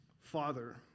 Father